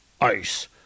ice